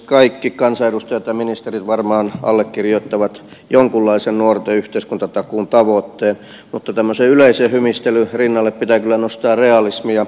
kaikki kansanedustajat tai ministerit varmaan allekirjoittavat jonkunlaisen nuorten yhteiskuntatakuun tavoitteen mutta tämmöisen yleisen hymistelyn rinnalle pitää kyllä nostaa realismia